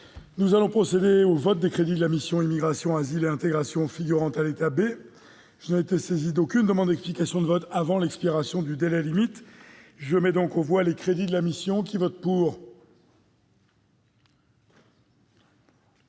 Nous allons procéder au vote des crédits de la mission « Immigration, asile et intégration », figurant à l'état B. Je n'ai été saisi d'aucune demande d'explication de vote avant l'expiration du délai limite. Je mets aux voix ces crédits. J'appelle en